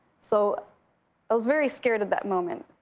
so i was very scared of that moment.